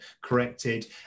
corrected